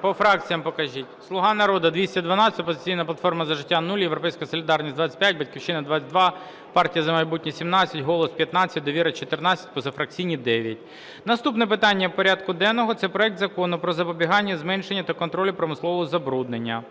По фракціям покажіть. "Слуга народу" – 212, "Опозиційна платформа – За життя" – 0, "Європейська солідарність" – 25, "Батьківщина" – 22, "Партія "За майбутнє" – 17, "Голос" – 15, "Довіра" – 14, позафракційні – 9. Наступне питання порядку денного – це проект Закону про запобігання, зменшення та контроль промислового забруднення.